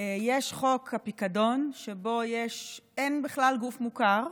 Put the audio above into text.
יש חוק הפיקדון, שבו אין בכלל גוף מוכר,